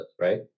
right